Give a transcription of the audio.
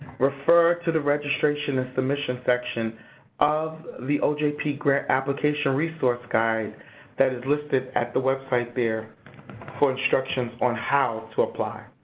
refer to the registration and submission section of the ojp grant application resource guide that is listed at the website there for instructions on how to apply.